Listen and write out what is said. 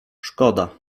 szkoda